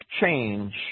change